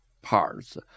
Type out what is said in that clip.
Parts